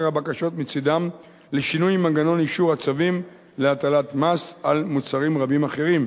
הבקשות מצדם לשינוי מנגנון אישור הצווים להטלת מס על מוצרים רבים אחרים.